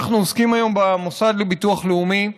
אנחנו עוסקים היום במוסד לביטוח לאומי,